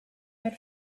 had